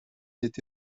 n’est